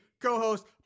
co-host